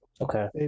Okay